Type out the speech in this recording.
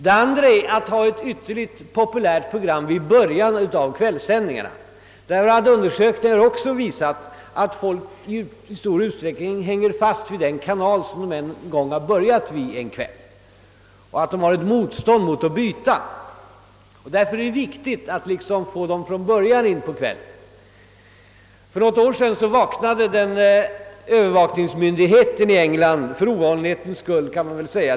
Det andra knepet är att ha ytterligt populära program i början av kvällssändningarna. Undersökningar visar, att folk i stor utsträckning hänger fast vid den kanal som de en gång börjat med en kväll, och därför är det viktigt att få dem med från början. För något år sedan vaknade övervakningsmyndigheten i England till liv — för ovanlighetens skull, kan man väl säga.